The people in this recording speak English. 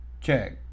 Check